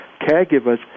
caregivers